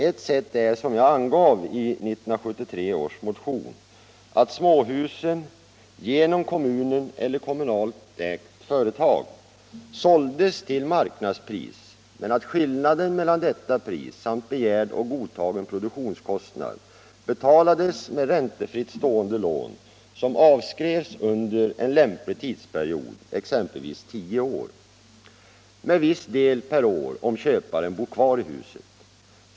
Ett sätt är, som jag angav i 1973 års motion, att småhusen genom kommunen eller kommunalt ägt företag såldes till marknadspris men att skillnaden mellan detta pris samt begärd och godtagen produktionskostnad betalades med räntefritt stående lån som avskrevs under en lämplig tidsperiod, exempelvis tio år, med viss del per år om köparen bor kvar i huset.